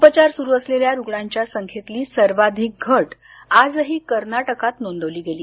उपचार सुरू असलेल्या रुग्णांच्या संख्येतली सर्वाधिक घट आजही कर्नाटकात नोंदवली गेली